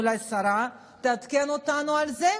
ואולי השרה תעדכן אותנו על זה.